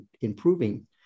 improving